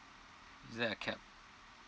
is there a cap